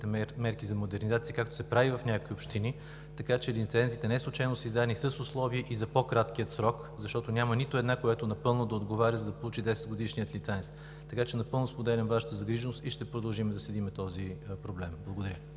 мерки за модернизация, както се прави в някои общини. Така че лицензиите неслучайно са издадени с условие и за по-краткия срок, защото няма нито една, която напълно да отговаря, за да получи 10-годишния лиценз. Напълно споделям Вашата загриженост и ще продължим да следим този проблем. Благодаря.